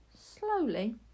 slowly